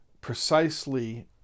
precisely